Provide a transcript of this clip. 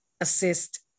assist